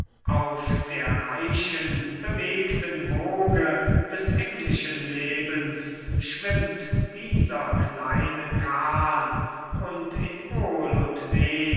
auf der reichen bewegten woge des englischen lebens schwimmt dieser kleine kahn und in wohl und weh